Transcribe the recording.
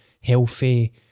healthy